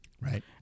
Right